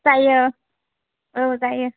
जायो औ जायो